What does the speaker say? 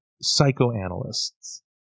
psychoanalysts